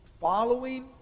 following